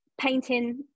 painting